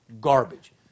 garbage